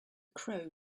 crow